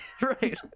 Right